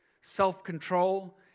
self-control